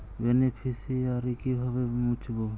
Beneficiary কিভাবে মুছব?